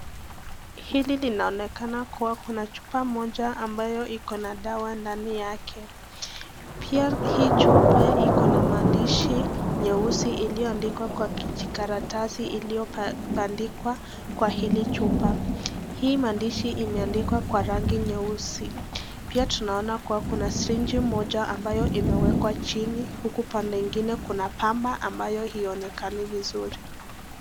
Hili linaonekana kuwa kuna chupa moja ambayo iko na dawa ndani yake. Pia hii chupa iko na maandishi nyeusi iliyo andiwa kwa kijikaratasi iliyobandikwa kwa hili chupa. Hii maandishi imeandikwa kwa rangi nyeusi. Pia tunaona kuwa kuna sirinji moja ambayo imewekwa chini uku pande ingine kuna pamba ambayo haionekani vizuri.